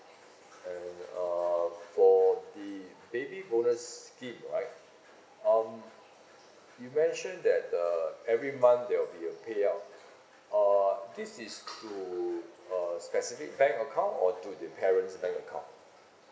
and uh for the baby bonus scheme right um you mentioned that uh every month there will be a payout uh this is to a specific bank account or to the parents bank account